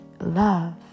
love